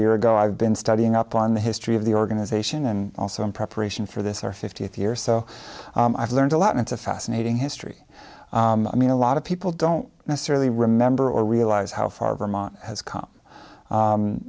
year ago i've been studying up on the history of the organization and also in preparation for this our fiftieth year so i've learned a lot and it's a fascinating history i mean a lot of people don't necessarily remember or realize how far vermont has